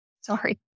sorry